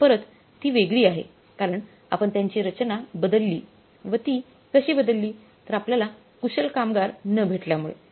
परत ती वेगळी आहे कारण आपण त्यांची रचना बदलली व ती कशी बदलली तर आपल्याला कुशल कामगार न भेटल्यामुळे